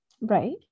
Right